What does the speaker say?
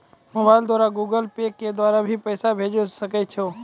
Mobile द्वारा Google Pay के द्वारा भी पैसा भेजै सकै छौ?